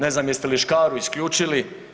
Ne znam jeste li Škaru isključili.